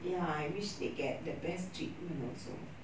ya I wish they get the best treatment also